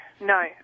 no